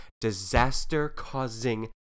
disaster-causing